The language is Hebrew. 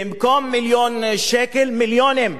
במקום מיליון שקל, מיליונים.